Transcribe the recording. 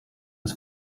des